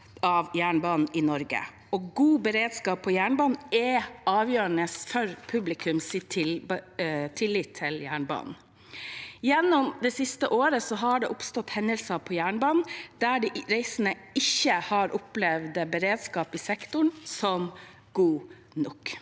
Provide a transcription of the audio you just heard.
av jernbanen i Norge, og god beredskap på jernbanen er avgjørende for publikums tillit til jernbanen. Gjennom det siste året har det oppstått hendelser på jernbanen der reisende ikke har opplevd beredskapen i sektoren som god nok.